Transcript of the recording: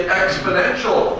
exponential